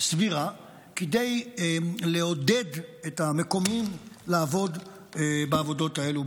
סבירה לעודד את המקומיים לעבוד בעבודות האלה,